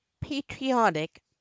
patriotic